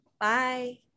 Bye